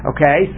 Okay